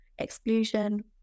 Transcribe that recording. exclusion